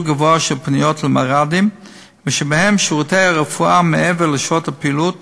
גבוה של פניות למלר"דים ושבהם שירותי הרפואה מעבר לשעות הפעילות